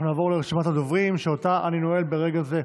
נעבור לרשימת הדוברים, שאותה אני נועל ברגע זה.